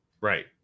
Right